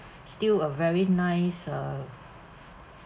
still a very nice uh